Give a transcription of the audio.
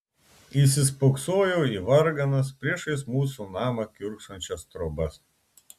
įsispoksojau į varganas priešais mūsų namą kiurksančias trobas